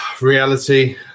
Reality